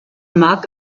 mag